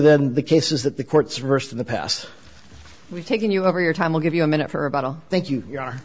than the cases that the courts reversed in the past we're taking you over your time we'll give you a minute for about oh thank you